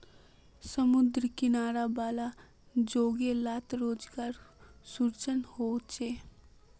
समुद्री किनारा वाला जोगो लात रोज़गार सृजन होचे